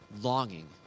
longing